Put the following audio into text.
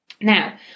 Now